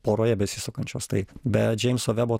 poroje besisukančios tai be džeimso vebo